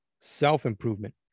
self-improvement